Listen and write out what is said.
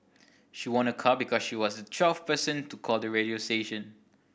she won a car because she was the twelfth person to call the radio station